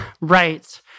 Right